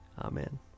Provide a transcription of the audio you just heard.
Amen